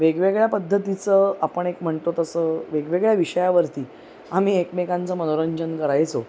वेगवेगळ्या पद्धतीचं आपण एक म्हणतो तसं वेगवेगळ्या विषयावरती आम्ही एकमेकांचं मनोरंजन करायचो